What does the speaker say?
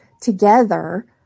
together